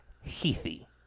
heathy